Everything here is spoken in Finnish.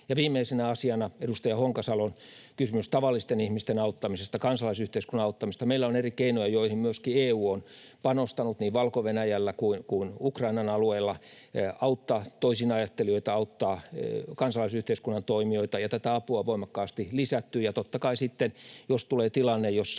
viimeisenä asiana edustaja Honkasalon kysymys tavallisten ihmisten auttamisesta, kansalaisyhteiskunnan auttamisesta. Meillä on eri keinoja, joihin myöskin EU on panostanut, niin Valko-Venäjällä kuin Ukrainan alueella auttaa toisinajattelijoita, auttaa kansalaisyhteiskunnan toimijoita, ja tätä apua on voimakkaasti lisätty. Totta kai sitten, jos tulee tulee